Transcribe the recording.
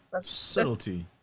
subtlety